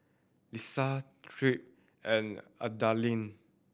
Ieshia Tripp and Adalyn